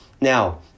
Now